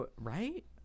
right